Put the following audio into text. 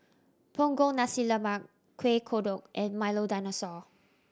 Punggol Nasi Lemak Kueh Kodok and Milo Dinosaur